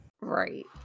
right